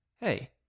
Hey